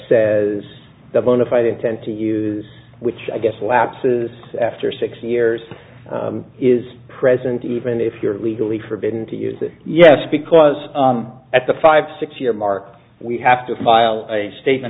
says the bona fide intent to use which i guess lapses after sixty years is present even if you're legally forbidden to use it yes because at the five six year mark we have to file a statement